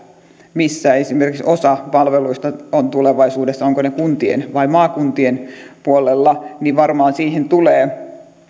missä esimerkiksi osa palveluista on tulevaisuudessa ovatko ne kuntien vai maakuntien puolella ja varmaan siihen tulee